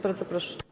Bardzo proszę.